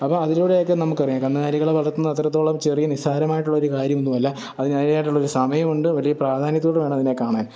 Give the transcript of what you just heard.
അപ്പോൾ അതിലൂടെയൊക്കെ നമുക്കറിയാം കന്നുകാലികളെ വളർത്തുന്ന അത്രത്തോളം ചെറിയ നിസ്സാരമായിട്ടുള്ളൊരു കാര്യമൊന്നുമല്ല അതിന് അതിന്റേതായിട്ടുള്ളൊരു സമയമുണ്ട് വലിയ പ്രാധാന്യത്തോടെ വേണം അതിനെ കാണാന്